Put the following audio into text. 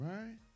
Right